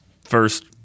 first